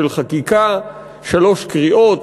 של חקיקה: שלוש קריאות,